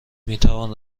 میتوان